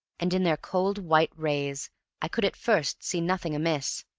and in their cold white rays i could at first see nothing amiss.